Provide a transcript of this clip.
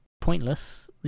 pointless